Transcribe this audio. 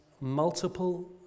multiple